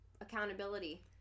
accountability